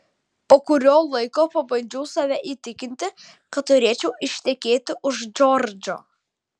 po kurio laiko pabandžiau save įtikinti kad turėčiau ištekėti už džordžo